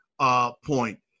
point